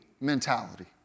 mentality